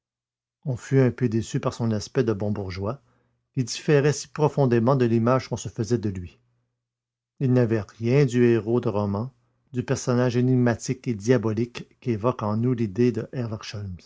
on fut un peu déçu par son aspect de bon bourgeois qui différait si profondément de l'image qu'on se faisait de lui il n'avait rien du héros de roman du personnage énigmatique et diabolique qu'évoque en nous l'idée de